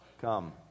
Come